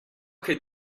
could